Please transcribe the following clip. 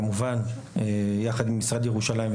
כמובן שביחד עם המשרד לירושלים,